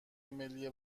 ملی